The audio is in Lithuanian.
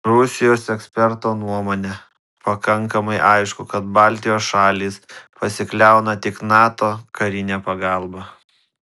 rusijos eksperto nuomone pakankamai aišku kad baltijos šalys pasikliauna tik nato karine pagalba